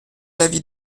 l’avis